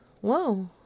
Whoa